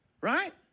Right